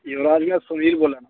युवराज भैया सुनील बोल्ला ना